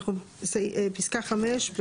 אנחנו פסקה 5,